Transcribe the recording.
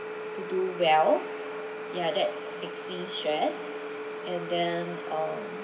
to do well ya that makes me stress and then um